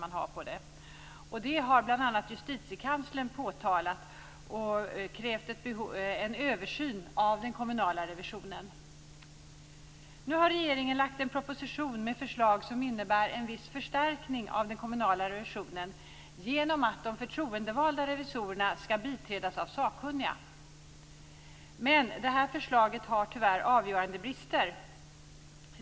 Detta har bl.a. påtalats av Justitiekanslern. Han har krävt en översyn av den kommunala revisionen. Nu har regeringen lagt fram en proposition med förslag som innebär en viss förstärkning av den kommunala revisionen, genom att de förtroendevalda revisorerna skall biträdas av sakkunniga. Men tyvärr har förslaget avgörande brister.